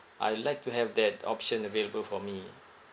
I like to have that option available for me